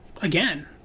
again